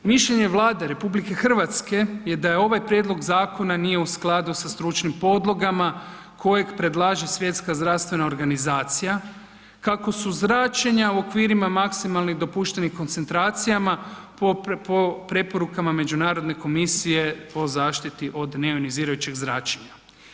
Mišljenje Vlade RH je da je ovaj prijedlog zakona nije u skladu sa stručnim podlogama kojeg predlaže Svjetska zdravstvena organizacija kako su zračenja u okvirima maksimalnih dopuštenih koncentracijama po preporukama Međunarodne komisije o zaštiti od neionizirajućeg zračenja.